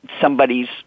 somebody's